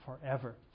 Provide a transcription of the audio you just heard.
forever